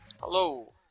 Hello